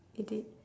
it did